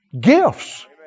gifts